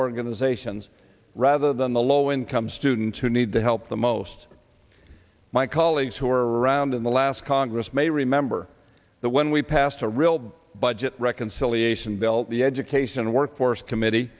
organizations rather than the low income students who need the help the most my colleagues who are around in the last congress may remember that when we passed a real budget reconciliation bill the education and workforce committee